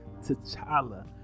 T'Challa